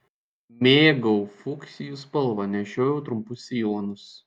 mėgau fuksijų spalvą nešiojau trumpus sijonus